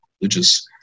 religious